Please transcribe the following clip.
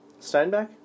Steinbeck